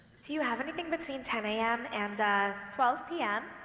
do you have anything between ten am and twelve pm?